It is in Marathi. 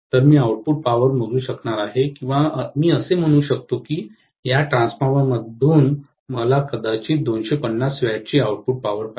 तर मी आउटपुट पॉवर मोजू शकणार आहे किंवा मी असे म्हणू शकतो की या ट्रान्सफॉर्मरमधून मला कदाचित 250 W ची आउटपुट पॉवर पाहिजे